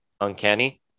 Uncanny